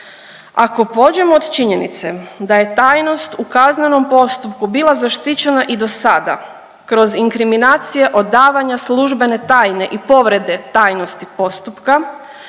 Ako pođemo od činjenice da je tajnost u kaznenom postupku bila zaštićena i do sada kroz inkriminacije odavanja službene tajne i povrede tajnosti postupka,